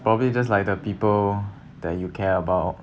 it's probably just like the people that you care about